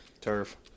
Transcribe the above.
Turf